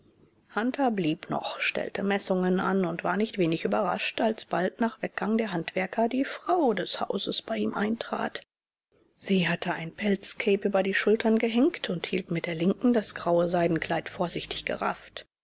hunter blieb noch stellte messungen an und war nicht wenig überrascht als bald nach weggang der handwerker die frau des hauses bei ihm eintrat sie hatte ein pelzcape über die schultern gehängt und hielt mit der linken das graue seidenkleid vorsichtig gerafft